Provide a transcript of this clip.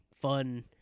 fun